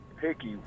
picky